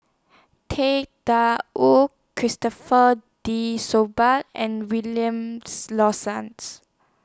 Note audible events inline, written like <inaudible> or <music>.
<unintelligible> DA Wu Christopher De <unintelligible> and Williams Lawson's